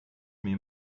mir